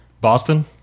Boston